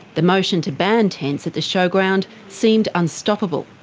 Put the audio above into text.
the motion to ban tents at the showground seemed unstoppable.